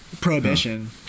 prohibition